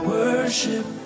worship